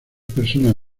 personas